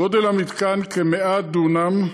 גודל המתקן כ-100 דונם,